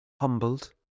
humbled